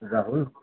Rahul